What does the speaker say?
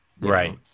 right